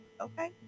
okay